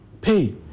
pay